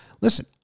listen